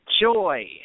Joy